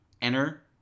Enter